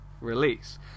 release